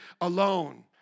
alone